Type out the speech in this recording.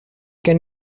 can